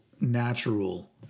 natural